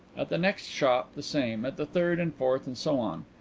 at the next shop the same at the third, and fourth, and so on.